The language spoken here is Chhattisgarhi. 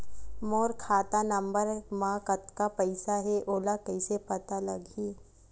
मोर खाता नंबर मा कतका पईसा हे ओला कइसे पता लगी?